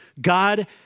God